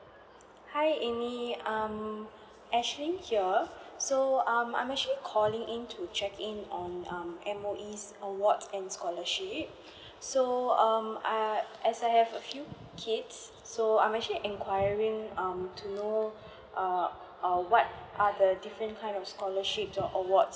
hi amy um ashlyn here so um I'm actually calling in to check in on um M_O_E awards and scholarship so um I as I have a few kids so I'm actually enquiring um to know err err what are the different kind of scholarship or awards